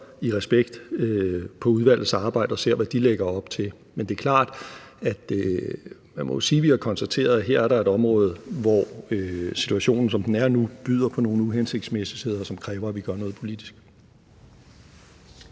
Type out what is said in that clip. i respekt på udvalgets arbejde og ser, hvad de lægger op til. Men det er klart, at man jo må sige, at vi har konstateret, at der her er et område, hvor situationen, som den er nu, byder på nogle uhensigtsmæssigheder, som kræver, at vi gør noget politisk.